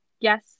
yes